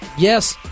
Yes